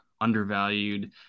undervalued